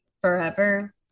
forever